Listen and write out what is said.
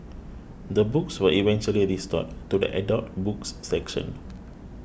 the books were eventually restored to the adult books section